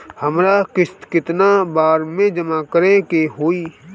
हमरा किस्त केतना बार में जमा करे के होई?